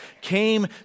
came